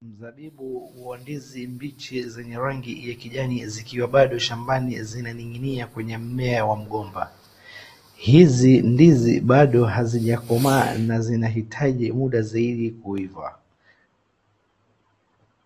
Mzabibu wa ndizi mbichi zenye rangi ya kijani zikiwa bado shambani zinaning'inia kwenye mmea wa mgomba. Hizi ndizi bado hazijakomaa na zinahitaji munda zaidi kuiva.